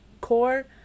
Core